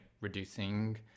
reducing